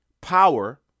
Power